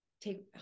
take